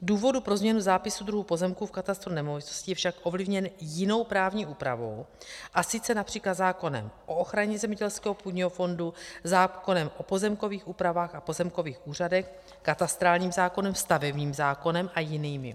Důvod pro změnu zápisů druhu pozemku v katastru nemovitostí je však ovlivněn jinou právní úpravou, a sice například zákonem o ochraně zemědělského půdního fondu, zákonem o pozemkových úpravách a pozemkových úřadech, katastrálním zákonem, stavebním zákonem a jinými.